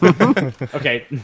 okay